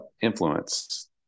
influence